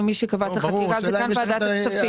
ומי שקבע את החקיקה זה כאן ועדת הכספים.